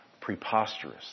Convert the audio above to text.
preposterous